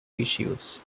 issues